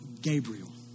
Gabriel